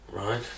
right